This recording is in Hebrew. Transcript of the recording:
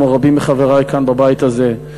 כמו רבים מחברי כאן בבית הזה,